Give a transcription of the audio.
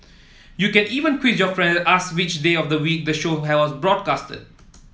you can even quiz your friends ask which day of the week the show was broadcast